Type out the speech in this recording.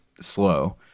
slow